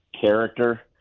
character